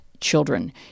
children